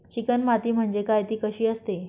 Chicken माती म्हणजे काय? ति कशी असते?